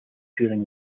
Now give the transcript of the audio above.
during